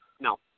No